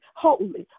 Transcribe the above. holy